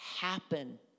happen